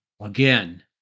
again